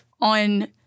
on